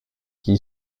qui